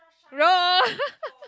wrong